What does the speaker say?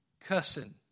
cussing